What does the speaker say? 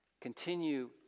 Continue